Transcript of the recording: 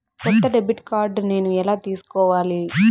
కొత్త debit card నేను ఎలా తీసుకోవాలి?